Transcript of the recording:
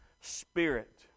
Spirit